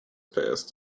passed